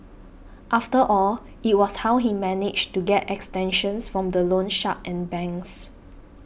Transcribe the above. after all it was how he managed to get extensions from the loan shark and banks